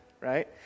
right